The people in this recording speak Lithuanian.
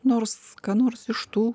nors ką nors iš tų